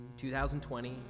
2020